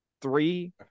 three